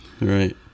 Right